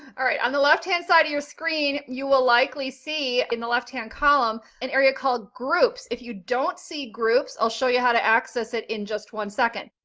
all right, on the left hand side of your screen, you will likely see in the left hand column an area called groups. if you don't see groups, i'll show you how to access it in just one second.